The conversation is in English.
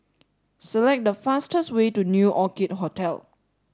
select the fastest way to New Orchid Hotel